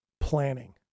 planning